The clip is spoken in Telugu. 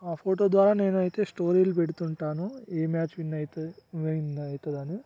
ఆ ఫోటో ద్వారా నేనైతే స్టోరీలు పెడుతుంటాను ఏ మ్యాచ్ విన్ అవుతుంది విన్ అవుతుందని